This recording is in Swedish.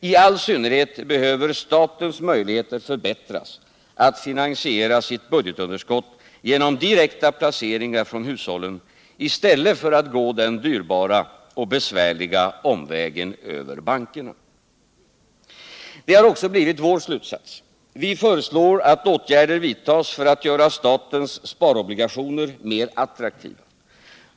I all synnerhet behöver statens möjligheter förbättras att finansiera sitt budgetunderskott genom dirckta placeringar från hushållen i stället för att staten skall behöva gå den dyrbara och besvärliga omvägen över bankerna. Det har också blivit vår slutsats. Vi föreslår att åtgärder vidtas för att göra statens sparobligationer mer attraktiva.